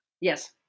Yes